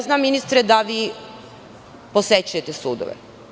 Znam ministre, da posećujete sudove.